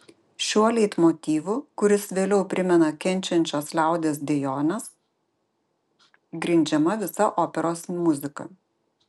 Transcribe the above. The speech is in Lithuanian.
šiuo leitmotyvu kuris vėliau primena kenčiančios liaudies dejones grindžiama visa operos muzika